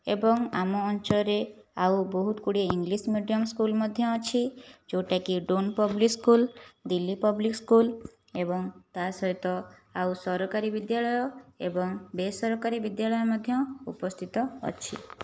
ଏବଂ ଆମ ଅଞ୍ଚଳରେ ଆଉ ବହୁତ ଗୁଡ଼ିଏ ଇଂଲିଶ୍ ମିଡ଼ିୟମ ସ୍କୁଲ ମଧ୍ୟ ଅଛି ଯେଉଁଟାକି Doon public school Delhi public school ଏବଂ ତା' ସହିତ ଆଉ ସରକାରୀ ବିଦ୍ୟାଳୟ ଏବଂ ବେସରକାରୀ ବିଦ୍ୟାଳୟ ମଧ୍ୟ ଉପସ୍ଥିତ ଅଛି